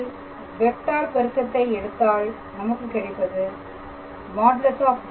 இதில் வெக்டார் பெருக்கத்தை எடுத்தால் நமக்கு கிடைப்பது |∇⃗⃗ f|